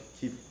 keep